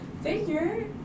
figure